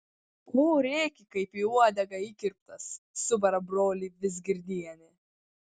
ko rėki kaip į uodegą įkirptas subara brolį vizgirdienė